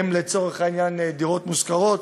הן, לצורך העניין, דירות מושכרות.